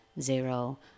zero